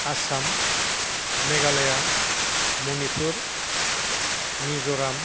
Assam Meghalaya Manipur Mizoram